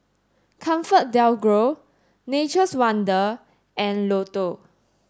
ComfortDelGro Nature's Wonders and Lotto